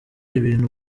ibintu